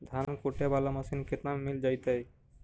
धान कुटे बाला मशीन केतना में मिल जइतै?